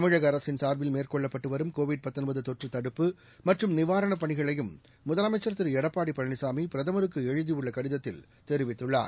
தமிழக அரசின் சார்பில் மேற்கொள்ளப்பட்டு வரும் கோவிட் தொற்று தடுப்பு மற்றும் நிவாரணப் பணிகளையும் முதலமைச்சர் திரு எடப்பாடி பழனிசாமி பிரதமருக்கு எழுதியுள்ள கடிதத்தில் தெரிவித்துள்ளார்